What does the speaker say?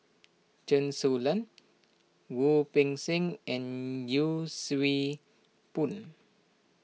Chen Su Lan Wu Peng Seng and Yee Siew Pun